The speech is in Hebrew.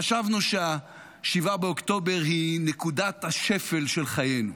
חשבנו ש-7 באוקטובר הוא נקודת השפל של חיינו.